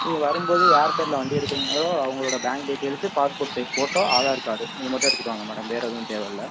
நீங்கள் வரும்போது யார் பேர்ல வண்டி எடுக்குறீங்களோ அவங்களோட bank details passport size photo Aadhaar card இது மட்டும் எடுத்துட்டு வாங்க மேடம் வேற எதும் தேவயில்லை